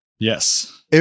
yes